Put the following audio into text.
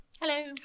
Hello